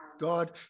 God